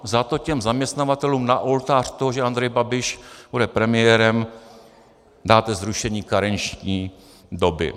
Zato těm zaměstnavatelům na oltář toho, že Andrej Babiš bude premiérem, dáte zrušení karenční doby.